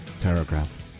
paragraph